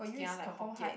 kia like hokkien